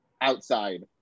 outside